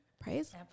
Praise